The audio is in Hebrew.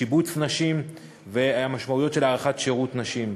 שיבוץ נשים והמשמעויות של הארכת שירות נשים.